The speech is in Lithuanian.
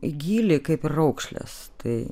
į gylį kaip ir raukšlės tai